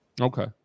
Okay